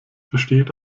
besteht